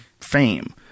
fame